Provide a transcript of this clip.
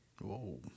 Whoa